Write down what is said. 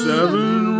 Seven